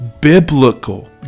biblical